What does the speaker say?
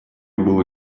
было